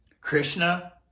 Krishna